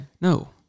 No